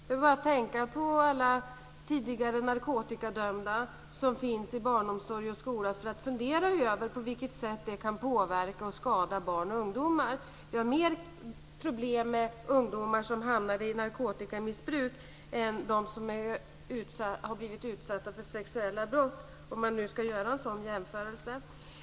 Man behöver bara tänka på alla tidigare narkotikadömda som finns i barnomsorg och skola för att man ska börja fundera över på vilket sätt det kan påverka och skada barn och ungdomar. Vi har mer problem med ungdomar som hamnar i narkotikamissbruk än med dem som har blivit utsatta för sexuella brott, om man nu ska göra en sådan jämförelse.